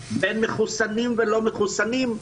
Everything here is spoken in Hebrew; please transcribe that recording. בין מחוסנים ולא מחוסנים,